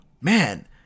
man